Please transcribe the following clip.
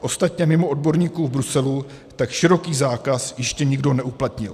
Ostatně mimo odborníků v Bruselu tak široký zákaz ještě nikdo neuplatnil.